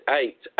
eight